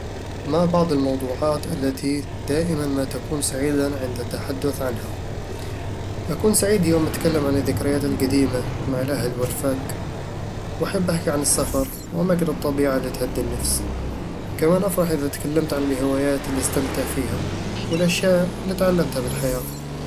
ما بعض الموضوعات التي دائمًا ما تكون سعيدًا عند التحدث عنها؟ أكون سعيد يوم أتكلم عن الذكريات القديمة مع الأهل والرفاق وأحب أحكي عن السفر وأماكن الطبيعة اللي تهدي النفس كمان أفرح إذا تكلمت عن الهوايات اللي أستمتع فيها والأشياء اللي تعلمتها بالحياة